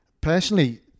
Personally